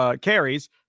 carries